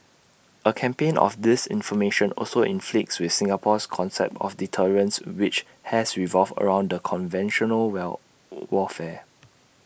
A campaign of disinformation also conflicts with Singapore's concept of deterrence which has revolved around conventional where warfare